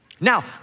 Now